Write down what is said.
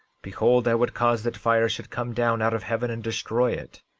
behold, i would cause that fire should come down out of heaven and destroy it.